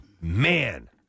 man